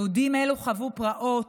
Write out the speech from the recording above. יהודים אלו חוו פרעות,